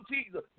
Jesus